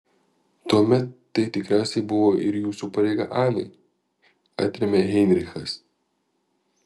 tuomet tai tikriausiai buvo ir jūsų pareiga anai atrėmė heinrichas